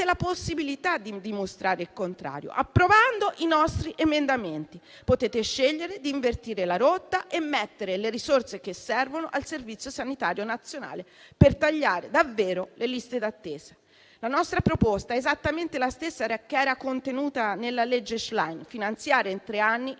possibilità di dimostrare il contrario, approvando i nostri emendamenti. Potete scegliere di invertire la rotta e mettere le risorse che servono al Servizio sanitario nazionale per tagliare davvero le liste d'attesa. La nostra proposta è esattamente la stessa che era contenuta nella legge Schlein: finanziare in tre anni il